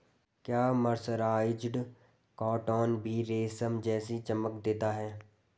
क्या mercerised cotton भी रेशम जैसी चमक देता है?